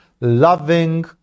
loving